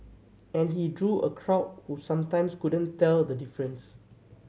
and he drew a crowd who sometimes couldn't tell the difference